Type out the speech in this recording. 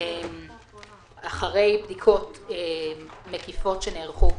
אחרי בדיקות מקיפות שנערכו,